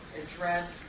address